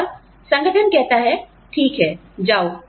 और संगठन कहता है ठीक है जाओ